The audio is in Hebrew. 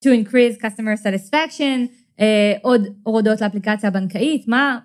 To increase customer satisfaction עוד הורדות לאפליקציה הבנקאית.